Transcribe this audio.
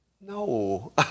No